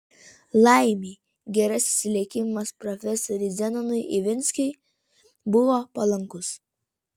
laimei gerasis likimas profesoriui zenonui ivinskiui buvo palankus